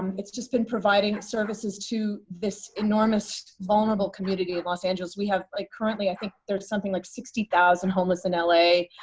it's just been providing services to this enormous vulnerable community in los angeles. we have like, currently, i think there's something like sixty thousand homeless in l a,